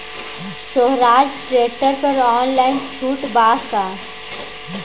सोहराज tractor पर online छूट बा का?